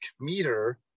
meter